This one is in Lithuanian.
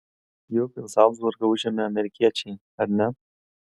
juk zalcburgą užėmė amerikiečiai ar ne